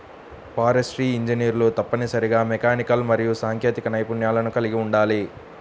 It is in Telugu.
ఫారెస్ట్రీ ఇంజనీర్లు తప్పనిసరిగా మెకానికల్ మరియు సాంకేతిక నైపుణ్యాలను కలిగి ఉండాలి